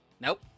Nope